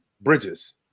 bridges